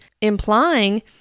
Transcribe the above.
implying